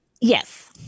Yes